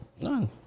None